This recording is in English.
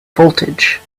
voltage